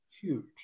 Huge